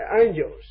angels